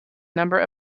number